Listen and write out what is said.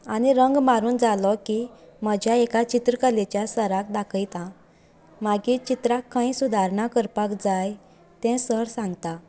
आनी रंग मारून जालो की म्हज्या एका चित्रकलेच्या सराक दाखयता मागीर चित्राक खंय सुधारणां करपाक जाय तें सर सांगता